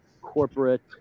corporate